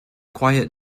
quiet